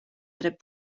dret